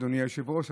אדוני היושב-ראש,